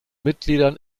mitgliedern